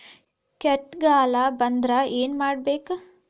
ಕೇಟಗಳ ಬಂದ್ರ ಏನ್ ಮಾಡ್ಬೇಕ್?